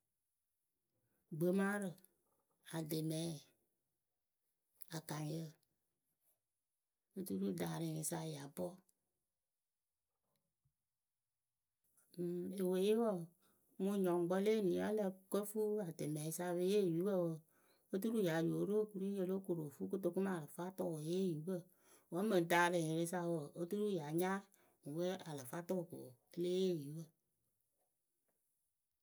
Gbemaarǝ ademɛ akaŋyǝ oturu dalɨnyɩsa ya bɔ ǝŋ eweye wǝǝ mɨŋ wɨnyɔŋkpǝ le eni wǝ́ ǝ lǝ kǝ fuu ademɛ sa e pe yee yopǝ wǝǝ oturu ya yóo ru okuri o lóo koru o fuu kotoku mɨ alafa tʊʊ e yee oyupǝ wǝ́ mɨŋ dalǝnyɩŋsa wǝǝ oturu ya nyaa we alfatu ko e lée yee oyupǝ.